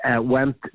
went